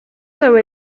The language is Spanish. sobre